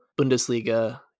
Bundesliga